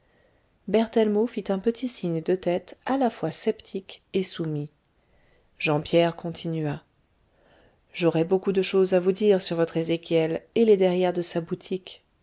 berthellemot fit un petit signe de tête à la fois sceptique et soumis jean pierre continua j'aurais beaucoup de choses à vous dire sur votre ézéchiel et les derrières de sa boutique